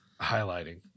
highlighting